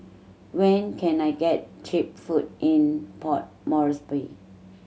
when can I get cheap food in Port Moresby